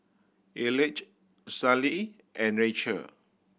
Elige Sallie and Rachel